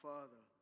Father